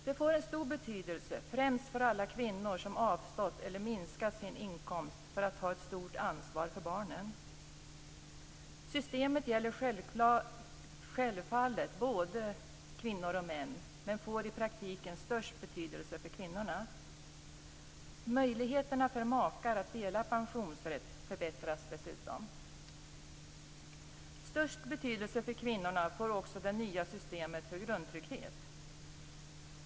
Det får stor betydelse främst för alla kvinnor som avstått eller minskat sin inkomst för att ta ett stort ansvar för barnen. Systemet gäller självfallet för både kvinnor och män, men får i praktiken störst betydelse för kvinnorna. Möjligheten för makar att dela pensionsrätt förbättras dessutom. Störst betydelse för kvinnorna får också det nya systemet för grundtrygghet.